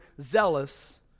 zealous